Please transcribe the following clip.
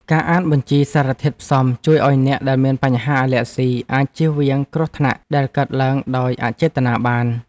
ការអានបញ្ជីសារធាតុផ្សំជួយឱ្យអ្នកដែលមានបញ្ហាអាឡែហ្ស៊ីអាចចៀសវាងគ្រោះថ្នាក់ដែលកើតឡើងដោយអចេតនាបាន។